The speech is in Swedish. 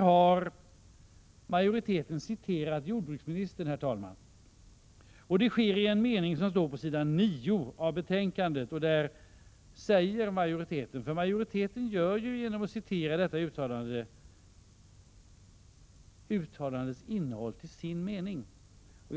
har citerat jordbruksministern och därigenom gjort dennes uttalande till sitt. Detta sker i en mening som står på s. 9 i betänkandet.